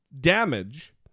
damage